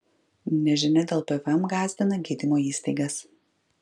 nežinia dėl pvm gąsdina gydymo įstaigas